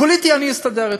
פוליטי, אני אסתדר אתו.